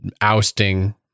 ousting